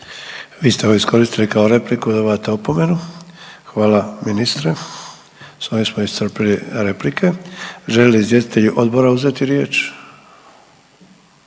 Vi ste ovo iskoristili kao repliku i dobivate opomenu. Hvala ministre. S ovim smo iscrpili replike. Žele li izvjestitelji odbora uzeti riječ?